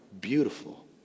beautiful